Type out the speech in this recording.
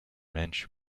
manchu